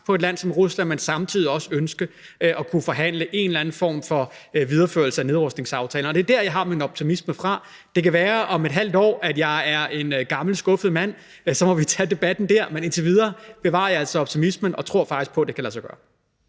på et land som Rusland, men samtidig også ønske at kunne forhandle en eller anden form for videreførelse af nedrustningsaftalen, og det er der, jeg har min optimisme fra. Det kan være, at jeg om et halvt år er en gammel skuffet mand. Så må vi tage debatten der, men indtil videre bevarer jeg altså optimismen og tror faktisk på, at det kan lade sig gøre.